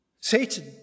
Satan